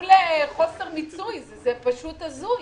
מול חוסר מיצוי זה פשוט הזוי.